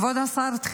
כבוד השר, תחילה,